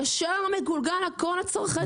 ישר מגולגל הכול לצרכנים.